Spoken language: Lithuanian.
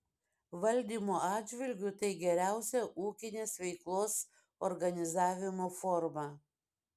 valdymo atžvilgiu tai geriausia ūkinės veiklos organizavimo forma